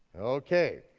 okay,